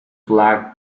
flag